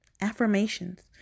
Affirmations